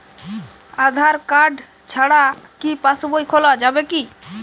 আধার card ছাড়া কি passbook খোলা যাবে কি?